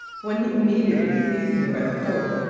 when he immediately seized me by the coat,